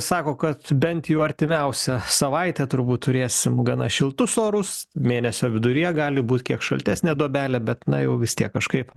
sako kad bent jau artimiausią savaitę turbūt turėsim gana šiltus orus mėnesio viduryje gali būt kiek šaltesnė duobelė bet na jau vis tiek kažkaip